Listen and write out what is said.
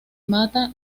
mata